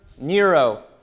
nero